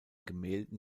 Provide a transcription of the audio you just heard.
gemälden